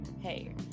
Hey